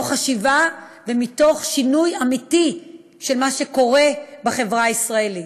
מתוך חשיבה ומתוך שינוי אמיתי של מה שקורה בחברה הישראלית.